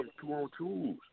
two-on-twos